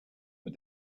but